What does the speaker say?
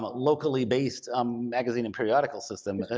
but locally based um magazine and periodical system.